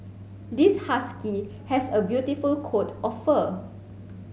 this husky has a beautiful coat of fur